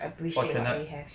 appreciate what we have